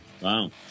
Wow